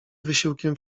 wysiłkiem